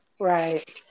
right